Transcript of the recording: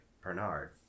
Bernard